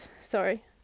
sorry